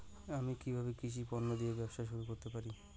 আমি কিভাবে কৃষি পণ্য দিয়ে ব্যবসা শুরু করতে পারি?